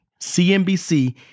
CNBC